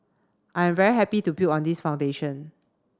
I am very happy to build on this foundation